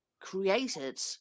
created